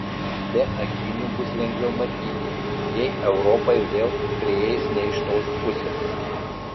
be akinių bus lengviau matyti jei europa ir vėl prieis ne iš tos pusės